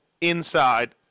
inside